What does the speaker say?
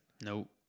Nope